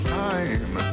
time